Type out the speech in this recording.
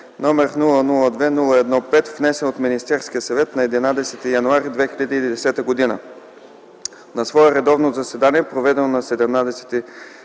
№ 002-01-5, внесен от Министерския съвет на 11 януари 2010 г. На свое редовно заседание, проведено на 17